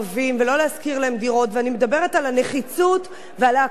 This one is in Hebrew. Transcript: ואני מדברת על הנחיצות ועל האקוטיות של החוק הזה,